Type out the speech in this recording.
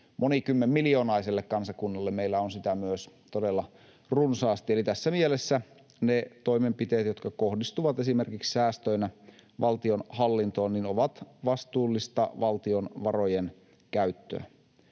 monikymmenmiljoonaiselle kansakunnalle — meillä on sitä myös todella runsaasti. Eli tässä mielessä ne toimenpiteet, jotka kohdistuvat esimerkiksi säästöinä valtionhallintoon, ovat vastuullista valtion varojen käyttöä.